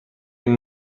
این